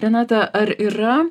renata ar yra